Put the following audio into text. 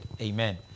Amen